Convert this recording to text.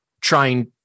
trying